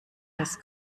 das